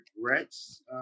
regrets